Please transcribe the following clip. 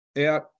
out